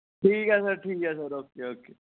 ठीक ऐ सर ठीक ऐ सर ओके ओके